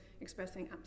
expressing